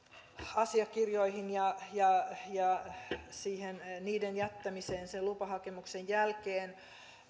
asiakirjoihin ja ja niiden jättämiseen sen lupahakemuksen jälkeen